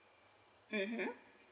mmhmm